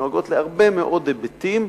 שנוגעות להרבה מאוד היבטים.